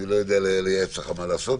אני לא יודע לייעץ לך מה לעשות.